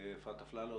לאפרת אפללו.